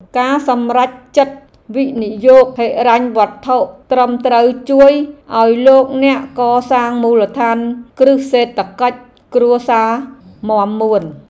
ការសម្រេចចិត្តវិនិយោគហិរញ្ញវត្ថុត្រឹមត្រូវជួយឱ្យលោកអ្នកកសាងមូលដ្ឋានគ្រឹះសេដ្ឋកិច្ចគ្រួសារមាំមួន។